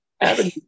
Avenue